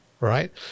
right